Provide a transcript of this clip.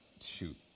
shoot